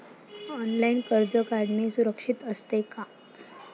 Online कर्ज काढणे सुरक्षित असते का?